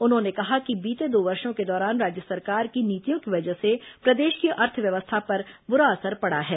उन्होंने कहा कि बीते दो वर्षो के दौरान राज्य सरकार की नीतियों की वजह से प्रदेश की अर्थव्यवस्था पर बुरा असर पड़ा है